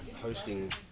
hosting